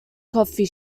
coffee